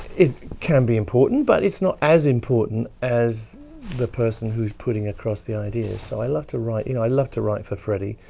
it can be important but it's not as important as the person who's putting across the ideas so i love to write, you know i loved to write for freddie.